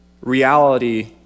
reality